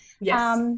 Yes